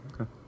Okay